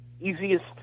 easiest